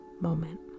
moment